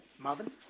Marvin